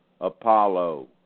apollo